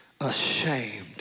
ashamed